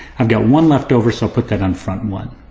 i've got one left over so i'll put that on front one.